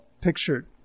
pictured